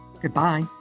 Goodbye